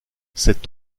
cet